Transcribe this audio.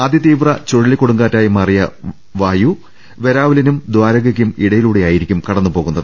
അതിതീവ്ര ചുഴ ലിക്കൊടുങ്കാറ്റായി മാറിയ വായു വെരാവലിനും ദാരകയ്ക്കും ഇടയി ലൂടെയായിരിക്കും കടന്നുപോകുന്നത്